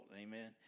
Amen